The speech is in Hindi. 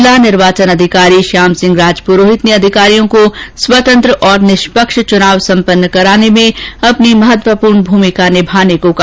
जिला निर्वाचन अधिकारी श्याम सिंह राजपुरोहित ने अधिकारियों को स्वतंत्र और निष्पक्ष रहकर चुनाव सम्पन्न कराने में अपनी महत्वपूर्ण भुमिका निभाने को कहा